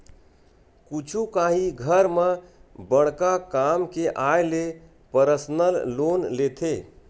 कुछु काही घर म बड़का काम के आय ले परसनल लोन लेथे